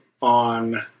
on